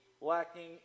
lacking